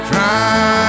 Try